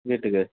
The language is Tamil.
வீட்டுக்கு